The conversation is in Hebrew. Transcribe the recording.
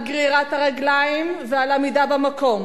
על גרירת הרגליים ועל עמידה במקום,